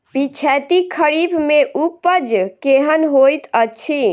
पिछैती खरीफ मे उपज केहन होइत अछि?